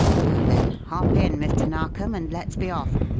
now, then, hop in, mr. narkom, and let's be off.